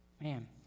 Man